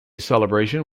celebration